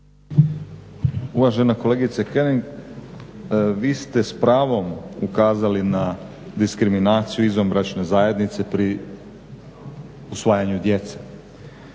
Uvažena kolegice König, vi ste s pravom ukazali na diskriminaciju izvanbračne zajednice pri usvajanju djece.